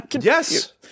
Yes